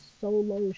solo